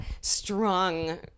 strong